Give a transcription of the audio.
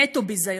נטו ביזיון.